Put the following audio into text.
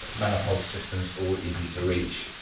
manifold system is all easy to reach,